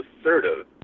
assertive